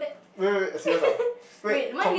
wait wait wait serious ah wait con~